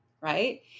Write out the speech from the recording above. right